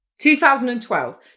2012